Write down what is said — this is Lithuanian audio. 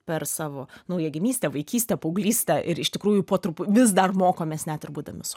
per savo naujagimystę vaikystę paauglystę ir iš tikrųjų po trupu vis dar mokomės net ir būdami su